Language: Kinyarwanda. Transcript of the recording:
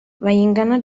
bayingana